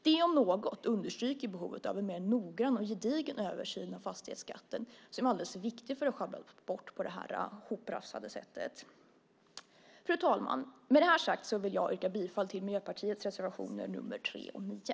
Det om något understryker behovet av en mer noggrann och gedigen översyn av fastighetsbeskattningen, som är alldeles för viktig för att sjabblas bort på det här hoprafsade sättet. Fru talman! Med detta sagt vill jag yrka bifall till Miljöpartiets reservationer nr 3 och 9.